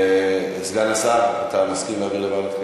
אז אני מבקש להעביר את זה לוועדת,